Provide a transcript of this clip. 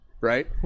Right